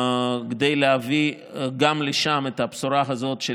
כדי להביא גם לשם את הבשורה הזאת של